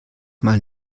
mal